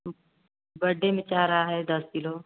बड्डे में चाह रहा है दस किलो